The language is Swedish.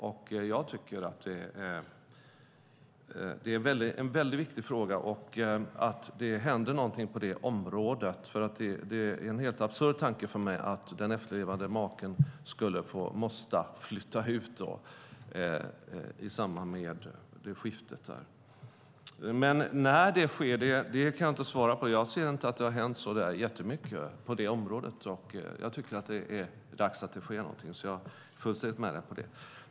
Det här är en viktig fråga, och det är viktigt att det händer något på området. Det är en helt absurd tanke för mig att den efterlevande maken måste flytta ut i samband med skiftet. När detta ska ske kan jag inte svara på. Jag anser inte att det har hänt så mycket på området. Det är dags att det sker någonting. Jag är fullständigt med dig på den punkten.